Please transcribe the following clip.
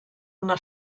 una